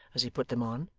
as he put them on,